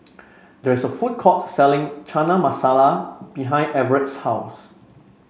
there is a food court selling Chana Masala behind Everett's house